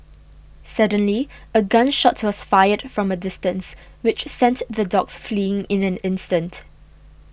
suddenly a gun shot was fired from a distance which sent the dogs fleeing in an instant